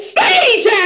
Stage